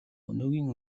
өнөөгийн